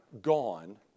gone